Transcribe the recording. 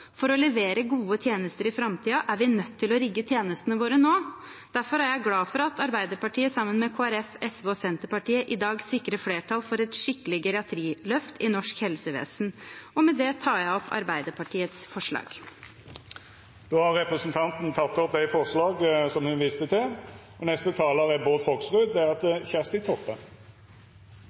For å levere gode tjenester i framtiden er vi nødt til å rigge tjenestene våre nå. Derfor er jeg glad for at Arbeiderpartiet sammen med Kristelig Folkeparti, SV og Senterpartiet i dag sikrer flertall for et skikkelig geriatriløft i norsk helsevesen. Og med det tar jeg opp Arbeiderpartiets forslag. Representanten Tuva Moflag har teke opp det forslaget som ho viste til.